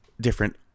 different